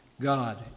God